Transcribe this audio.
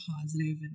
positive